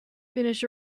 finish